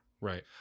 Right